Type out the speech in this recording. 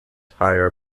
entire